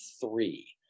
three